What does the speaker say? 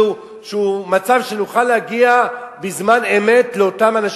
מצב שנוכל להגיע בזמן-אמת לאותם אנשים.